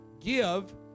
give